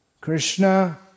Krishna